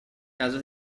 casa